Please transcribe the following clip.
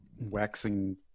waxing